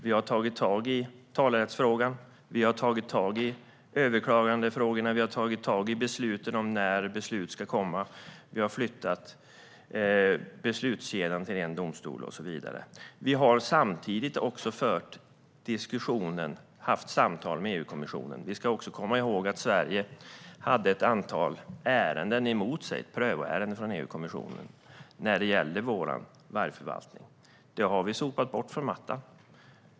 Vi har tagit tag i talerättsfrågan, överklagandefrågorna och frågan om när beslut ska komma. Vi har flyttat beslutskedjan till en domstol och så vidare. Vi har samtidigt också fört diskussioner och haft samtal med EU-kommissionen. Vi ska komma ihåg att Sverige hade ett antal prövoärenden i EU-kommissionen emot sig när det gällde vår vargförvaltning. Det har vi sopat bort från mattan.